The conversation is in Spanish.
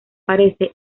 parece